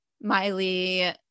Miley